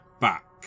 back